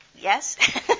Yes